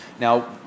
Now